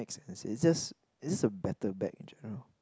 expensive just it is a better bag in general